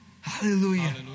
Hallelujah